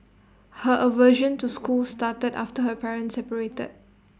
her aversion to school started after her parents separated